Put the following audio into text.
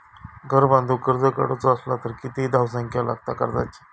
घर बांधूक कर्ज काढूचा असला तर किती धावसंख्या लागता कर्जाची?